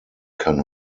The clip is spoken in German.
kann